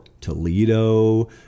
Toledo